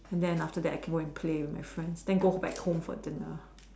and then after that I can go and play with my friends then go back home for dinner